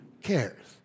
cares